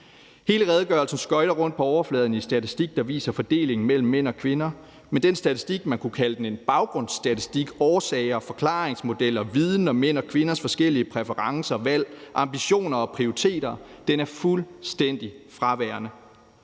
Hele redegørelsen skøjter rundt på overfladen i statistik, der viser fordelingen mellem mænd og kvinder, men det, man kunne kalde en baggrundsstatistik om årsager, forklaringsmodeller, viden om mænd og kvinders forskellige præferencer, valg, ambitioner og prioriteter, er fuldstændig fraværende.